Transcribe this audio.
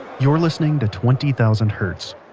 you're listening to twenty thousand hertz,